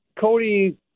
Cody